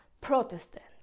protestant